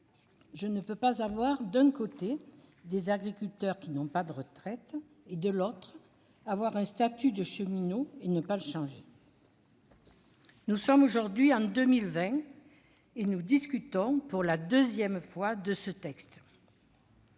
Je ne peux pas, avoir, d'un côté, des agriculteurs qui n'ont pas de retraite, et, de l'autre, un statut de cheminot et ne pas le changer. » Nous sommes aujourd'hui en 2020 et nous discutons pour la seconde fois de ce texte.